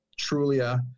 Trulia